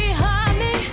honey